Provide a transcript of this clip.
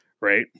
right